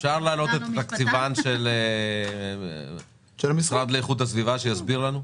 אפשר להעלות את התקציבן של המשרד להגנת הסביבה שינסה להסביר לנו?